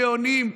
גאונים,